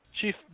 Chief